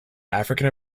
african